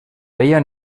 veia